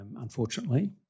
unfortunately